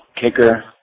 kicker